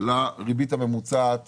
לריבית הממוצעת